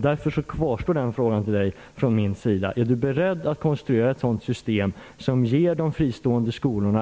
Därför kvarstår min fråga: Är statsrådet beredd att konstruera